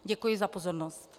Děkuji za pozornost.